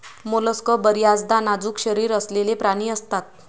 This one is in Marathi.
मोलस्क बर्याचदा नाजूक शरीर असलेले प्राणी असतात